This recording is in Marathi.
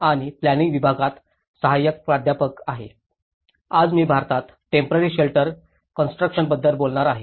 आज मी भारतात टेम्पोरारी शेल्टर कन्स्ट्रुक्श बद्दल बोलणार आहे